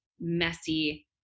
messy